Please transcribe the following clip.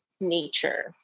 nature